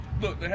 look